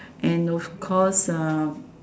and of course uh